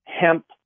hemp